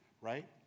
right